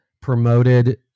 promoted